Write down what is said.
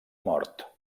mort